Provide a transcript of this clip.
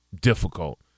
difficult